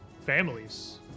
families